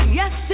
yes